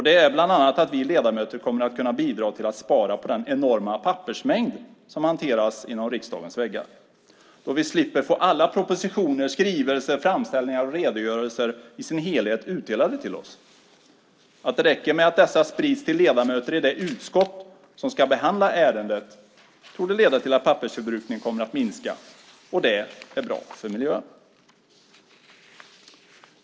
Det är bland annat att vi ledamöter kommer att kunna bidra till att spara på den enorma pappersmängd som hanteras innanför riksdagens väggar då vi slipper få alla propositioner, skrivelser, framställningar och redogörelser utdelade till oss i deras helhet. Att det räcker med att dessa sprids till ledamöter i det utskott som ska behandla ärendet torde leda till att pappersförbrukningen kommer att minska, och det är bra för miljön.